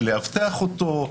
לאבטח אותו,